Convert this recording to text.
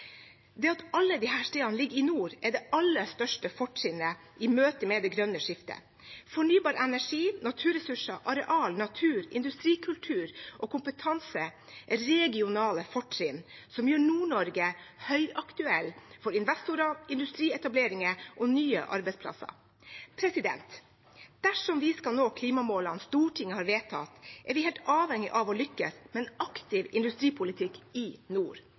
Det at alle disse stedene ligger i nord, er det aller største fortrinnet i møte med det grønne skiftet. Fornybar energi, naturressurser, areal, natur, industrikultur og kompetanse er regionale fortrinn som gjør Nord-Norge høyaktuelt for investorer, industrietableringer og nye arbeidsplasser. Dersom vi skal nå klimamålene Stortinget har vedtatt, er vi helt avhengig av å lykkes med en aktiv industripolitikk i nord.